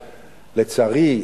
לצערי,